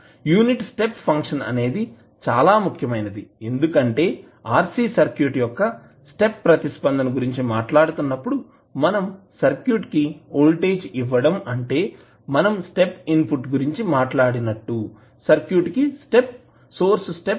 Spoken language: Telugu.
యూనిట్ స్టెప్ ఫంక్షన్ అనేది చాలా ముఖ్యమైనది ఎందుకంటే RC సర్క్యూట్ యొక్క స్టెప్ ప్రతిస్పందన గురించి మాట్లాడుతున్నప్పుడు మనం సర్క్యూట్ కి వోల్టేజ్ ఇవ్వడం అంటే మనం స్టెప్ ఇన్పుట్ గురించి మాట్లాడినట్టు సర్క్యూట్ కి సోర్స్ స్టెప్ ఇన్పుట్ ఇస్తున్నాం